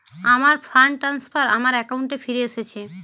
আমার fund transfer আমার অ্যাকাউন্টে ফিরে এসেছে